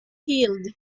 healed